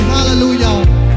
Hallelujah